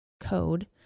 code